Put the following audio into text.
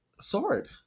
sword